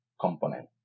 component